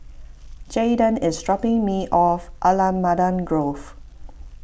Jaeden is dropping me off Allamanda Grove